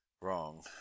wrong